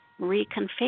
reconfigure